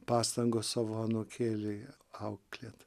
pastangos savo anūkėlį auklėt